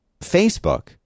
Facebook